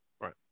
Right